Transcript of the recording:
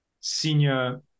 senior